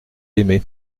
aimer